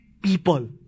people